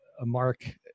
mark